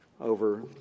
over